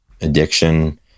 addiction